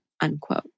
unquote